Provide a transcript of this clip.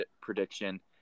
prediction